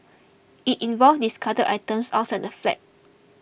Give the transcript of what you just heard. it involved discarded items outside the flat